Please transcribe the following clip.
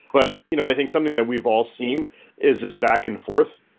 but you know i think something that we've all seen is this back and forth.